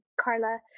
carla